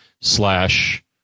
slash